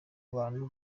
abantu